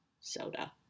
soda